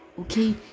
Okay